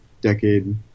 decade